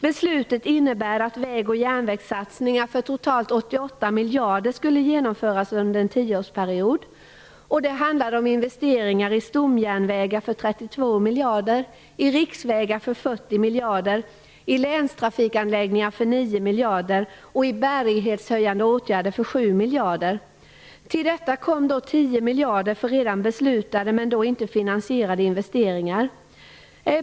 Beslutet innebar att väg och järnvägssatsningar för totalt 88 miljarder skulle genomföras under en tioårsperiod. Det handlade om investeringar i stomjärnvägar för 32 miljarder, i riksvägar för 40 miljarder, i länstrafikanläggningar för 9 miljarder och i bärighetshöjande åtgärder för 7 miljarder. Till detta kom 10 miljarder för redan beslutade men då inte finansierade investeringar.